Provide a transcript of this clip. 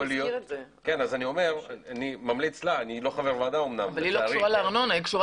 השרה לא קשורה לארנונה אלא היא קשורה